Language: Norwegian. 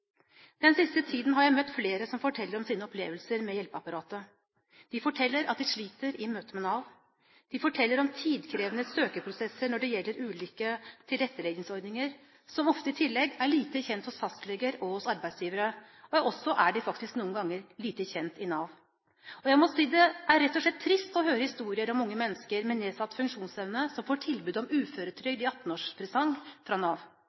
Den siste tiden har jeg møtt flere som forteller om sine opplevelser med hjelpeapparatet. De forteller at de sliter i møte med Nav, og de forteller om tidkrevende søkeprosesser når det gjelder ulike tilretteleggingsordninger, som ofte i tillegg er lite kjent hos fastleger og hos arbeidsgivere. Noen ganger er de faktisk også lite kjent i Nav. Jeg må si det er rett og slett trist å høre historier om unge mennesker med nedsatt funksjonsevne som får tilbud om uføretrygd i 18-årspresang fra Nav.